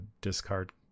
discard